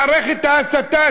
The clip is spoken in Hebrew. מערכת ההסתה,